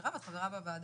מירב, את חברה בוועדה?